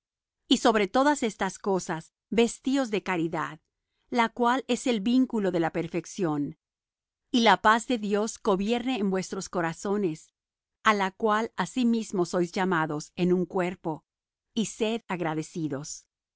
y sobre todas estas cosas vestíos de caridad la cual es el vínculo de la perfección y la paz de dios gobierne en vuestros corazones á la cual asimismo sois llamados en un cuerpo y sed agradecidos